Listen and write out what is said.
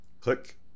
click